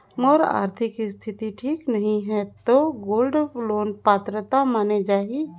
मोर आरथिक स्थिति ठीक नहीं है तो गोल्ड लोन पात्रता माने जाहि?